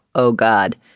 oh, god,